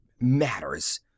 matters